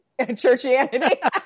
Churchianity